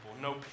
No